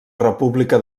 república